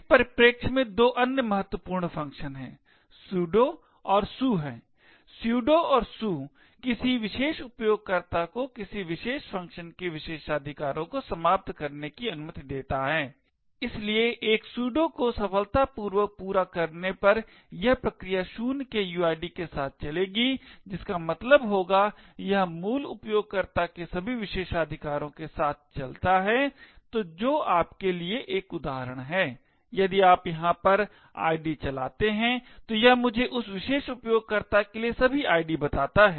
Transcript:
इस परिप्रेक्ष्य में दो अन्य महत्वपूर्ण फंक्शन sudo और su हैं sudo और su किसी विशेष उपयोगकर्ता को किसी विशेष फंक्शन के विशेषाधिकारों को समाप्त करने की अनुमति देता है इसलिए एक sudo को सफलतापूर्वक पूरा करने पर यह प्रक्रिया 0 के uid के साथ चलेगी जिसका मतलब होगा यह मूल उपयोगकर्ता के सभी विशेषाधिकारों के साथ चलता है तो जो आपके लिए एक उदाहरण है यदि आप यहां पर id चलाते हैं तो यह मुझे उस विशेष उपयोगकर्ता के लिए सभी id बताता है